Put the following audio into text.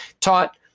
taught